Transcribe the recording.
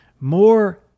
more